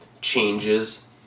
changes